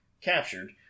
captured